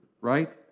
right